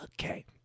Okay